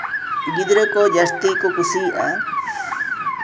ᱜᱤᱫᱽᱨᱟᱹ ᱠᱚ ᱡᱟᱹᱥᱛᱤ ᱠᱚ ᱠᱩᱥᱤᱭᱟᱜᱼᱟ